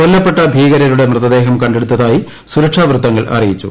കൊല്ലപ്പെട്ട ഭീകരരുടെ മൃതദേഹം കണ്ടെടുത്തായി സുരക്ഷാ വൃത്തങ്ങൾ അറിയിച്ചു